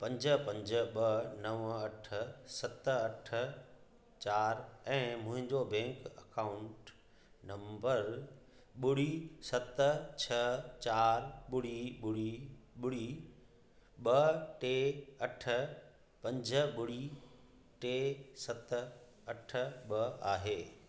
पंज पंज ॿ नवं अठ सत अठ चारि ऐं मुंहिंजो बेंक अकाऊंट नम्बर ॿुड़ी सत छह चार ॿुड़ी ॿुड़ी ॿुड़ी ॿ टे अठ पंज ॿुड़ी टे सत अठ ॿ आहे